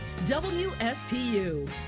WSTU